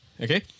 Okay